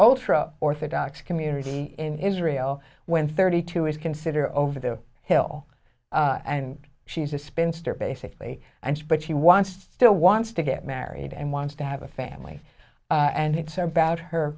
ultra orthodox community in israel when thirty two is consider over the hill and she's a spinster basically but she wants still wants to get married and wants to have a family and it's about her